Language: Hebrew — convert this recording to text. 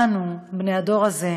אנו בני הדור הזה,